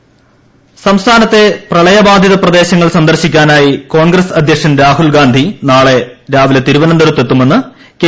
പ്രപളയം സംസ്ഥാനത്തെ പ്രിള്യ് ബാധിത പ്രദേശങ്ങൾ സന്ദർശി ക്കാൻ കോൺഗ്രസ് അധ്യക്ഷൻ രാഹുൽഗാന്ധി നാളെ രാവിലെ തിരുവന്തപുരത്തെത്തുമെന്ന് കെ